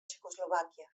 txecoslovàquia